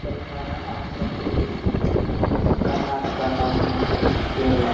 Telangana Andhra Pradesh Karnataka Tamil Nadu Kerala